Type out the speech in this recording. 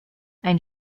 ein